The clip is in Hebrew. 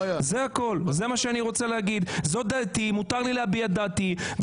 זאת דעתי ומותר לי להביע את דעתי.